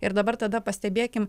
ir dabar tada pastebėkim